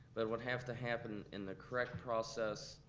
but it would have to happen in the correct process,